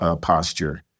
posture